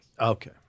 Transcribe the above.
Okay